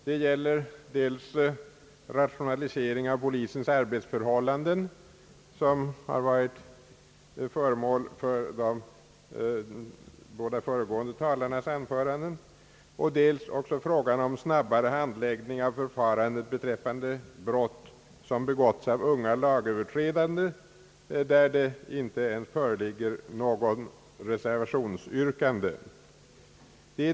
Det gäller dels rationalisering av polisens arbetsförhållanden, som har varit föremål för de båda föregående talarnas anföranden, och dels också frågan om snabbare handläggning och förfarande beträffande brott, som be Om vissa åtgärder till skydd för polisen gåtts av unga lagöverträdare, där det inte ens föreligger något reservationsyrkande.